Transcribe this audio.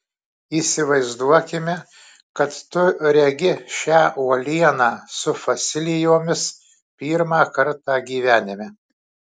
įsivaizduokime kad tu regi šią uolieną su fosilijomis pirmą kartą gyvenime